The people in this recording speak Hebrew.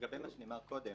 --- לגבי מה שנאמר קודם